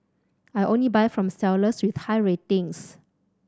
I only buy from sellers with high ratings